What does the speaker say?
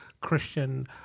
Christian